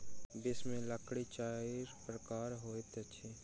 विश्व में लकड़ी चाइर प्रकारक होइत अछि